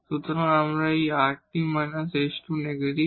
সুতরাং এবার এই rt − s2 নেগেটিভ